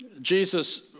Jesus